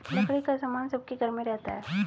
लकड़ी का सामान सबके घर में रहता है